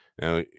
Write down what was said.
Now